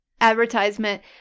advertisement